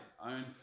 own